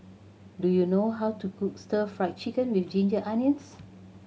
do you know how to cook Stir Fried Chicken With Ginger Onions